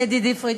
ידידי פריג',